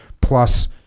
plus